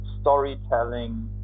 storytelling